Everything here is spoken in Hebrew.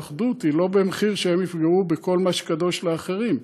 האחדות היא לא במחיר שהם יפגעו בכל מה שקדוש לאחרים.